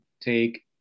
take